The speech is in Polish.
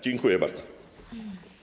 Dziękuję bardzo.